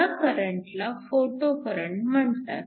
ह्या करंटला photo current म्हणतात